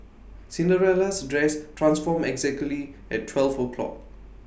Cinderella's dress transformed exactly at twelve o'clock